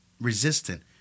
resistant